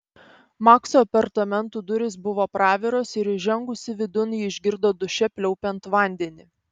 makso apartamentų durys buvo praviros ir įžengusi vidun ji išgirdo duše pliaupiant vandenį